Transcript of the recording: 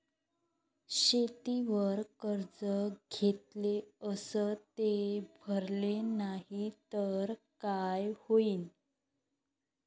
शेतीवर कर्ज घेतले अस ते भरले नाही तर काय होईन?